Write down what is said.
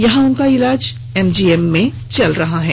यहां उनका इलाज एमजीएम में चल रहा है